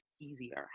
easier